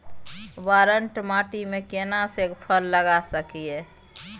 बांगर माटी में केना सी फल लगा सकलिए?